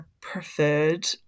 preferred